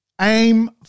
aim